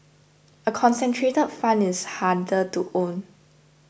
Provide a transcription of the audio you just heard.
a concentrated fund is harder to own